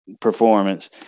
performance